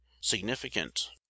significant